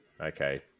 Okay